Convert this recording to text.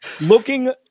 looking